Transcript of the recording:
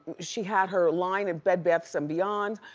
she had her line at bed baths and beyond,